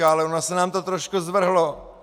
Ale ono se nám to trošku zvrhlo!